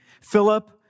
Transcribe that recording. Philip